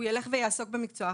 הוא ילך ויעסוק במקצוע,